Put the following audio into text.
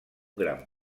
gran